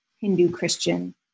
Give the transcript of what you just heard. Hindu-Christian